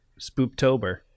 Spooptober